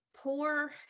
poor